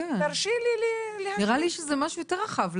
נראה לי שזה משהו יותר רחב.